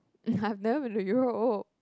I've never been to Europe